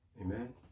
Amen